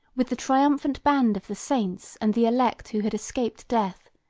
with the triumphant band of the saints and the elect who had escaped death,